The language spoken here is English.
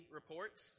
reports